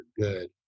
good